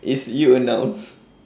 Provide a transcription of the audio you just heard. is you a noun